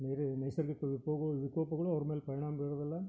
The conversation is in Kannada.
ಬೇರೆ ನೈಸರ್ಗಿಕ ವಿಪೋಕ ವಿಕೋಪಗಳು ಅವ್ರ ಮೇಲೆ ಪರಿಣಾಮ ಬೀರೋದಿಲ್ಲ